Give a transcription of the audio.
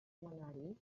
setmanari